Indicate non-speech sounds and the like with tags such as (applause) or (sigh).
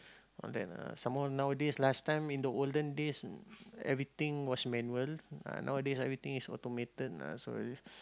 (breath) all that uh some more nowadays last time in the olden days everything was manual uh nowadays everything is automated uh so